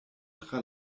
tra